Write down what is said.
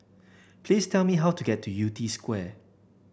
please tell me how to get to Yew Tee Square